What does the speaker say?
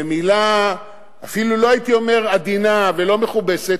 במלה אפילו לא עדינה ולא מכובסת,